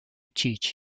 teach